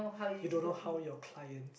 you don't know how your clients